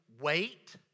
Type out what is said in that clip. wait